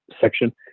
Section